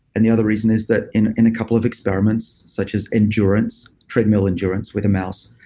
and the other reason is that in in a couple of experiments such as endurance, treadmill endurance with a mouse,